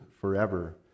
forever